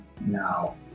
now